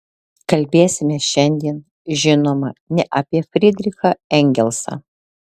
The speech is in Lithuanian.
kalbėsime šiandien žinoma ne apie frydrichą engelsą